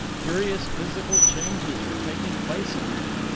curious physical changes were taking place in him.